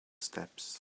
steps